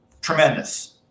tremendous